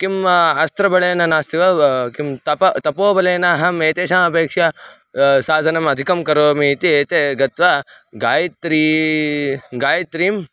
किम् अस्त्रबलेन नास्ति वा किं तपः तपोबलेन अहम् एतेषाम् अपेक्षया साधनम् अधिकं करोमि इति एते गत्वा गायित्रीं गायित्रीं